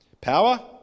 power